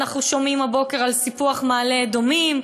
אנחנו שומעים הבוקר על סיפוח מעלה-אדומים,